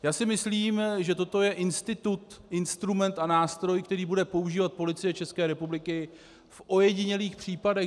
Já si myslím, že toto je institut, instrument a nástroj, který bude používat Policie České republiky v ojedinělých případech.